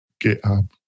GitHub